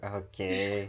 okay